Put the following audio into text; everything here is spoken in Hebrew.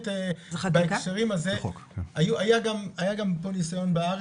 בהקשרים האלה היה ניסיון פה בארץ,